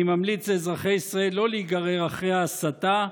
אני ממליץ לאזרחי ישראל לא להיגרר אחרי ההסתה,